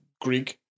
Greek